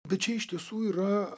bet čia iš tiesų yra